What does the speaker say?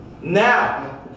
Now